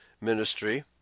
ministry